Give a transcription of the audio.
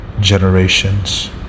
generations